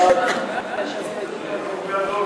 את הצעת